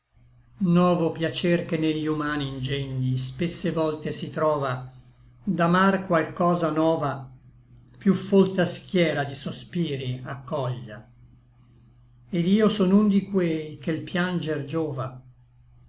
novo piacer che ne gli umani ingegni spesse volte si trova d'amar qual cosa nova piú folta schiera di sospiri accoglia et io son un di quei che l pianger giova